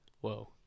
Whoa